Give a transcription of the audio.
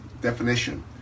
definition